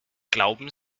glauben